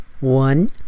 One